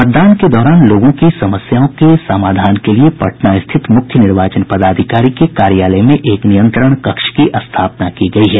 मतदान के दौरान लोगों की समस्याओं के समाधान के लिए पटना रिथत मुख्य निर्वाचन पदाधिकारी के कार्यालय में एक नियंत्रण कक्ष की स्थापना की गयी है